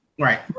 right